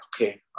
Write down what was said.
okay